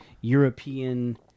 European